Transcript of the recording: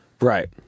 Right